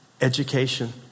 education